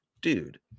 dude